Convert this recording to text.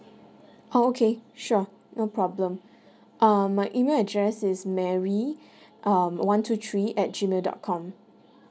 oh okay sure no problem uh my email address is mary um one two three at G mail dot com